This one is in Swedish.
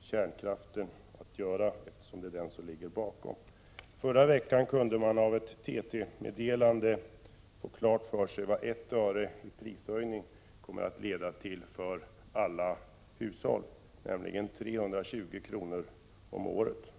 kärnkraften — det är ändå bara den som ligger bakom frågan. Förra veckan kunde man genom ett TT-meddelande få klart för sig vad 1 öre i prishöjning kommer att innebära för alla hushåll, nämligen 320 kr. om året.